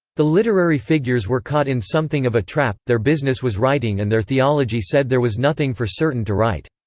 the literary figures were caught in something of a trap their business was writing and their theology said there was nothing for certain to write.